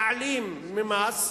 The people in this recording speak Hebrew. תעלים מס,